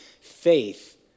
faith